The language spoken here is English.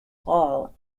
hall